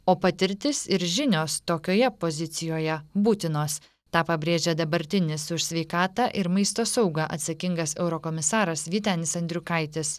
o patirtis ir žinios tokioje pozicijoje būtinos tą pabrėžė dabartinis už sveikatą ir maisto saugą atsakingas eurokomisaras vytenis andriukaitis